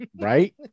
right